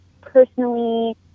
personally